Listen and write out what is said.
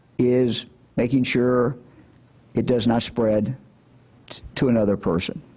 is making sure it does not spread to another person.